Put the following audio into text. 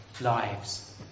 lives